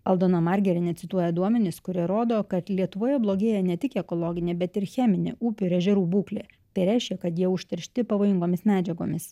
aldona margerienė cituoja duomenis kurie rodo kad lietuvoje blogėja ne tik ekologinė bet ir cheminė upių ir ežerų būklė tai reiškia kad jie užteršti pavojingomis medžiagomis